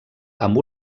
amb